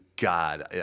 God